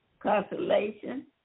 consolation